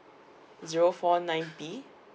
zero four nine B